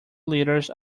liters